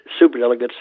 Superdelegates